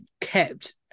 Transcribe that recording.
kept